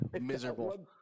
miserable